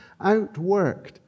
outworked